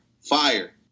fire